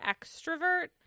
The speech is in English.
extrovert